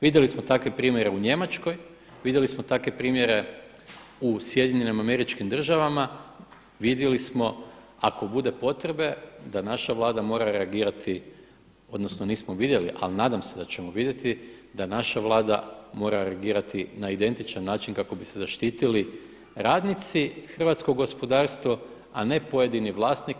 Vidjeli smo takve primjene u Njemačkoj, vidjeli smo takve primjere u SAD-u, vidjeli smo ako bude potrebe da naša Vlada mora reagirati, odnosno nismo vidjeli ali nadam se da ćemo vidjeti da naša Vlada mora reagirati na identičan način kako bi se zaštitili radnici, hrvatsko gospodarstvo a ne pojedini vlasnik.